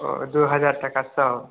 ओ दू हज़ार टका सए